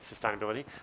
sustainability